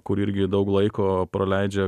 kuri irgi daug laiko praleidžia